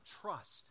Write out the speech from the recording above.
trust